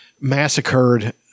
Massacred